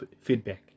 feedback